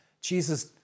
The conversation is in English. Jesus